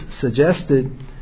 suggested